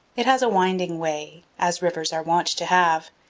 it has a winding way, as rivers are wont to have.